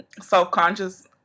self-conscious –